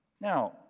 Now